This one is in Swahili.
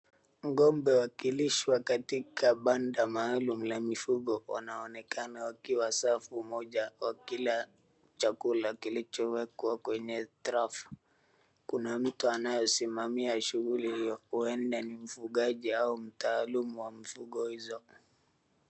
Ng'ombe wakilishwa katika banda maalum la mifugo, wanaonekana wakiwa safu moja, wakila chakula kilichowekwa kwenye trafu. Kuna mtu anayesimamia shughuli hiyo, huenda ni mfugaji au mtaalum wa mifugo hizo.